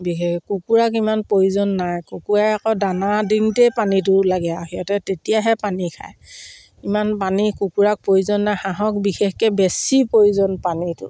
বিশেষ কুকুৰাক ইমান প্ৰয়োজন নাই কুকুৰা আকৌ দানা দিওঁতেই পানীটো লাগে আৰু সিহঁতে তেতিয়াহে পানী খায় ইমান পানী কুকুৰাক প্ৰয়োজন নাই হাঁহক বিশেষকৈ বেছি প্ৰয়োজন পানীটো